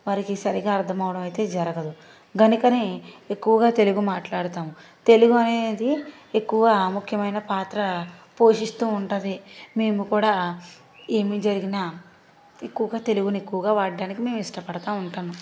వారికి సరిగా అర్థమవటం అయితే జరగదు గనుకనే ఎక్కువనే తెలుగు మాట్లాడతాము తెలుగు అనేది ఎక్కువ ముఖ్యమైన పాత్ర పోషిస్తూ ఉంటుంది మేము కూడా ఏమి జరిగిన ఎక్కువ ఎక్కువగా తెలుగుని వాడటానికి ఇష్టపడతా ఉంటాను